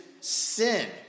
sin